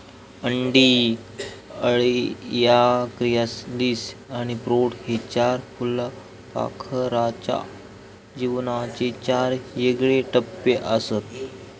अंडी, अळ्या, क्रिसालिस आणि प्रौढ हे चार फुलपाखराच्या जीवनाचे चार येगळे टप्पेआसत